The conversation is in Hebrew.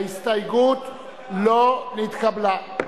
ההסתייגות לא נתקבלה.